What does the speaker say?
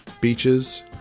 beaches